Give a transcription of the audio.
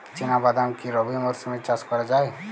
চিনা বাদাম কি রবি মরশুমে চাষ করা যায়?